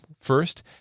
first